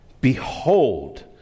Behold